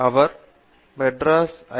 அவர் Madras ஐ